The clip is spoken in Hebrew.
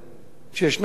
שישנם סרטים